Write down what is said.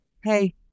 hey